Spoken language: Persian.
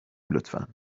لطفا